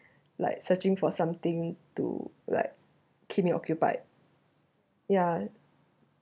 like searching for something to like keep me occupied yeah